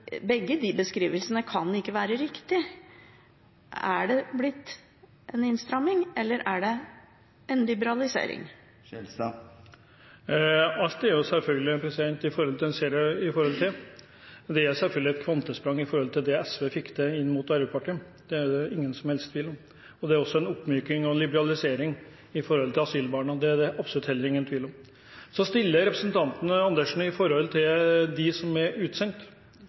begge de beskrivelsene kan ikke være riktige. Er det blitt en innstramming, eller er det en liberalisering? Alt er selvfølgelig i forhold til det en ser det i forhold til. Det er selvfølgelig et kvantesprang i forhold til det SV fikk til inn mot Arbeiderpartiet, det er det ingen som helst tvil om. Det er også en oppmyking og en liberalisering med tanke på asylbarna, det er det absolutt heller ingen tvil om. Så stiller representanten Andersen spørsmål om dem som er utsendt.